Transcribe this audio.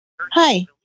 Hi